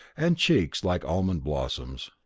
and cheeks like almond blossoms.